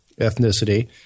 ethnicity